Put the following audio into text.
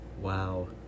Wow